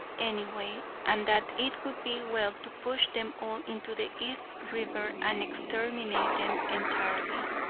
anyway, and that it would be well to push them all into the east river and exterminate them entirely.